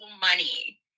money